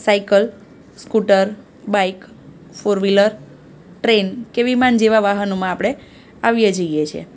cycle scooter bike four wheeler train કે વિમાન જેવા વાહનોમાં આપણે આવીએ જઈએ છીએ